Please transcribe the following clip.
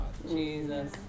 Jesus